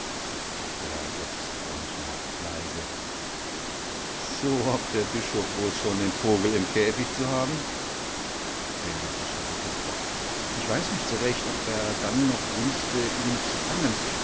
der gottesfreund lacht leise so hoffte der bischof wohl schon den vogel im käfig zu haben renata schüttelt den kopf ich weiß nicht so recht ob er dann noch wünschte ihn zu fangen